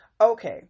Okay